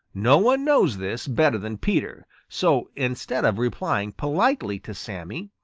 no one knows this better than peter. so instead of replying politely to sammy,